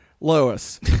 Lois